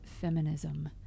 feminism